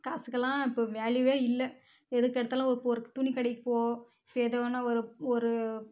காசுக்கெல்லாம் இப்போ வேல்யூவே இல்லை எதுக்கு எடுத்தாலும் ஒரு துணி கடைக்கு போக ஏதோ ஒன்று ஒரு ஒரு